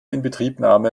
inbetriebnahme